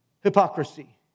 hypocrisy